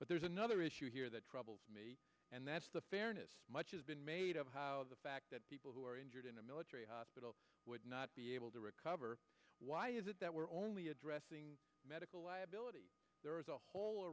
but there's another issue here that troubles me and that's the fairness much has been made of how the fact that people who are injured in a military hospital would not be able to recover why is it that we're only addressing medical liability there is a whole